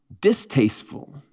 distasteful